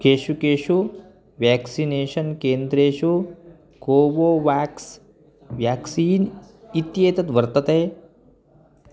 केषु केषु व्याक्सिनेषन् केन्द्रेषु कोवोवाक्स् व्याक्सीन् इत्येतत् वर्तते